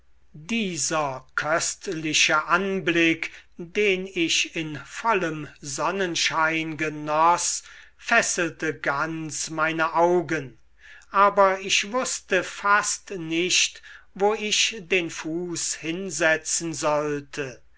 dieser köstliche anblick den ich in vollem sonnenschein genoß fesselte ganz meine augen aber ich wußte fast nicht wo ich den fuß hinsetzen sollte